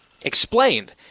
explained